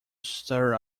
stir